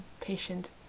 patient